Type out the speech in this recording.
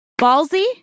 Ballsy